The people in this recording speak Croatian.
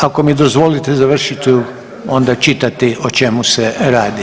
Ako mi dozvolite završit ću onda čitati o čemu se radi.